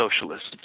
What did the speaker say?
Socialists